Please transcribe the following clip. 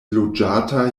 loĝata